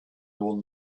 old